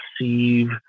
receive